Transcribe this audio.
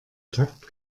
takt